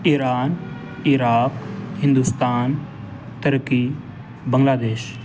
Iran Iraq Hindustan ترکی بنگلہ دیش